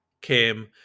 came